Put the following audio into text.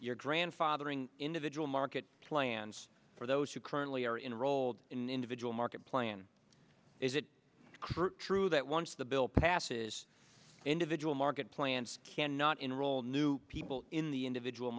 your grandfathering individual market plans for those who currently are enroll in individual market plan is it crute true that once the bill passes individual market plans cannot enroll new people in the individual